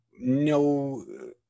no